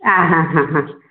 ആ ഹാ ഹാ ഹാ